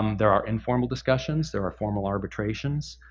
um there are informal discussions. there are formal arbitrations.